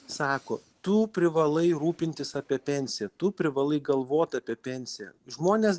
sako tu privalai rūpintis apie pensiją tu privalai galvot apie pensiją žmonės